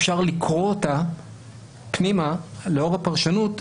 אפשר לקרוא אותה פנימה לאור הפרשנות,